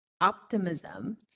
optimism